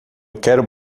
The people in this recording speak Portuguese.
quero